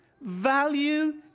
value